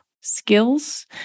skills